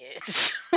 kids